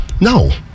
No